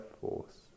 force